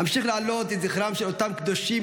אמשיך להעלות את זכרם של אותם קדושים,